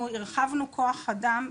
אנחנו הרחבנו כוח אדם.